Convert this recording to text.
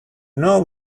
know